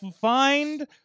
find